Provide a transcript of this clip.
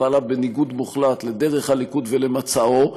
והיא פעלה בניגוד מוחלט לדרך הליכוד ולמצעו,